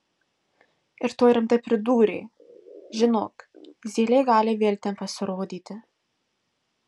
ir tuoj rimtai pridūrė žinok zylė gali vėl ten pasirodyti